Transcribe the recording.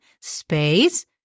space